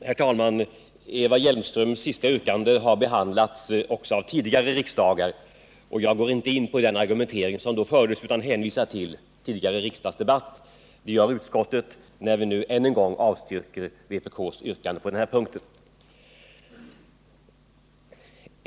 Herr talman! Eva Hjelmströms sista yrkande har behandlats också av tidigare riksdagar. Jag går inte in på den argumentering som då fördes utan hänvisar till denna tidigare riksdagsdebatt. Det gör också utskottet när det nu än en gång avstyrker vpk:s yrkande på denna punkt.